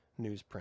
newsprint